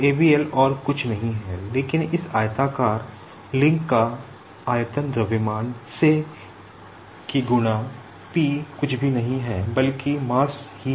तो abl और कुछ नहीं है लेकिन इस रैक्टेंगुलर लिंक का आयतन द्रव्यमान से कि गुणा कुछ भी नहीं है बल्कि मास ही है